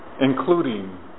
including